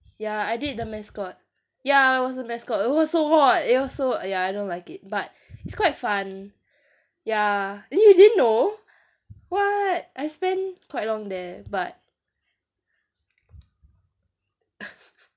ya I did the mascot ya it was a mascot it was so hot it was so ya I don't like it but it's quite fun ya eh you didn't know what I spent quite long there but